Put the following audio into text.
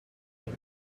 and